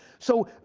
so